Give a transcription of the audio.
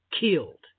killed